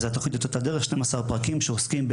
התכנית תשדר 12 פרקים שעוסקים,